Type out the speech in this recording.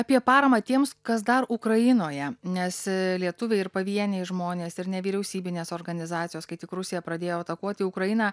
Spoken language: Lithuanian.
apie paramą tiems kas dar ukrainoje nes lietuviai ir pavieniai žmonės ir nevyriausybinės organizacijos kai tik rusija pradėjo atakuoti ukrainą